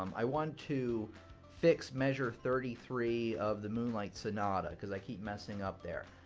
um i want to fix measure thirty three of the moonlight sonato cause i keep messing up there.